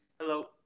Hello